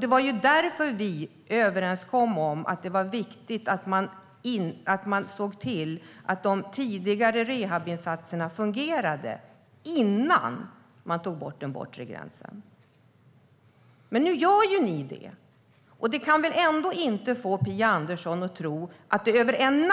Det var därför vi kom överens om att det var viktigt att se till att de tidigare rehabiliteringsinsatserna fungerade innan man tog bort den bortre gränsen. Nu tar ni bort den, men det kan väl inte få Phia Andersson att tro att situationen